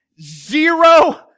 zero